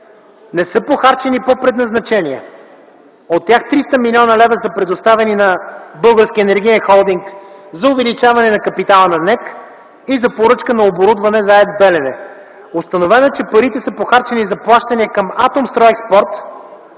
не са похарчени по предназначение. От тях 300 млн. лв. са предоставени на Българския енергиен холдинг за увеличаване на капитала на НЕК и за поръчка на оборудване за АЕЦ „Белене”. Установено е, че парите са похарчени за плащания към „Атомстройекспорт”,